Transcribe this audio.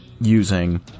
using